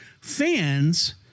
fans